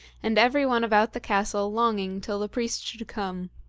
and every one about the castle longing till the priest should come.